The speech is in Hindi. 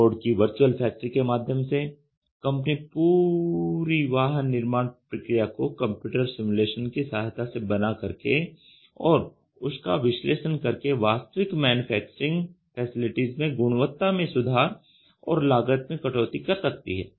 फोर्ड की वर्चुअल फैक्ट्री के माध्यम से कंपनी पूरी वाहन निर्माण प्रक्रिया को कंप्यूटर सिमुलेशन की सहायता से बना करके और उसका विश्लेषण करके वास्तविक मैन्युफैक्चरिंग फैसिलिटीज में गुणवत्ता में सुधार और लागत में कटौती कर सकती है